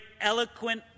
eloquent